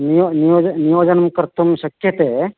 neo नियोजनं कर्तुं शक्यते